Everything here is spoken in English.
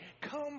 Come